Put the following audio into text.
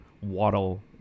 Waddle